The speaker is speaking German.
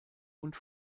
und